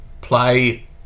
Play